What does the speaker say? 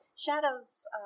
shadows